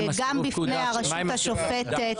גם בפני הרשות השופטת.